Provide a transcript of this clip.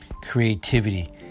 creativity